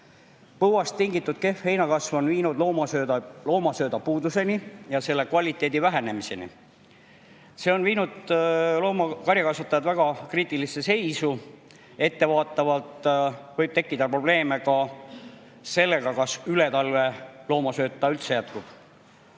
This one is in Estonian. Põuast tingitud kehv heinakasv on viinud loomasööda puuduseni ja selle kvaliteedi halvenemiseni. See on viinud loomakarjakasvatajad väga kriitilisse seisu. Ettevaatavalt võib tekkida probleeme ka sellega, kas üle talve loomasööta üldse jätkub.